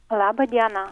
labą dieną